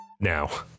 now